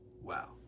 Wow